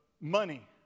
money